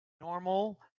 Normal